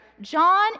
John